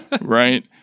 right